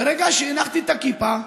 ברגע שהנחתי את הכיפה,